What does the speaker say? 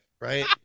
right